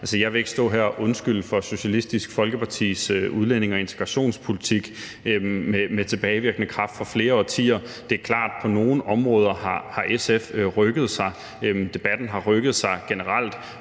Jeg vil ikke stå her og undskylde for Socialistisk Folkepartis udlændinge- og integrationspolitik med tilbagevirkende kraft for flere årtier. Det er klart, at på nogle områder har SF har rykket sig, debatten har rykket sig generelt,